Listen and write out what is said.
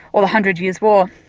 or the hundred years war.